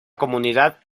comunidad